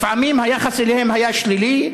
לפעמים היחס אליהם היה שלילי,